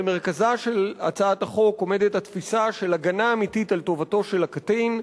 במרכזה של הצעת החוק עומדת התפיסה של הגנה אמיתית על טובתו של הקטין.